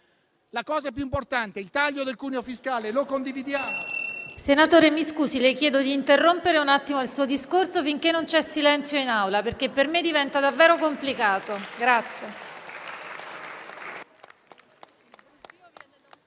La cosa più importante è il taglio del cuneo fiscale. Lo condividiamo...